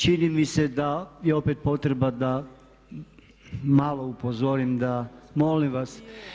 Čini mi se da je opet potreba da malo upozorim da, molim vas.